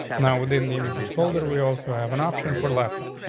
now, we didn't images folder. we also have an option for laughter.